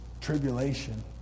tribulation